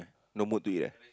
no mood to eat eh